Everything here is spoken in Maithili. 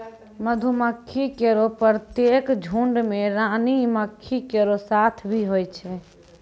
मधुमक्खी केरो प्रत्येक झुंड में रानी मक्खी केरो साथ भी होय छै